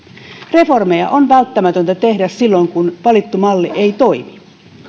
reformeja on välttämätöntä tehdä silloin kun valittu malli ei toimi